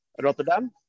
Rotterdam